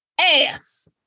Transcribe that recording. ass